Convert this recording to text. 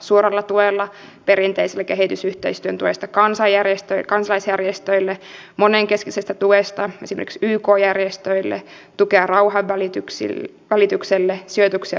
suoralla tuella perinteisellä kehitysyhteistyön tuella kansalaisjärjestöille monenkeskisellä tuella esimerkiksi yk järjestöille tuella rauhanvälitykselle sijoituksilla finnfundin kautta